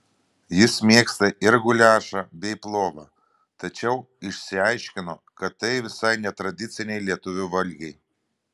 jis mėgsta ir guliašą bei plovą tačiau išsiaiškino kad tai visai ne tradiciniai lietuvių valgiai